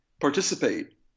participate